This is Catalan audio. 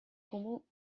comú